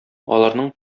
аларның